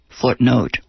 Footnote